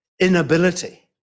inability